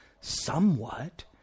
somewhat